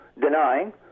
denying